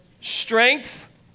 strength